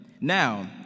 Now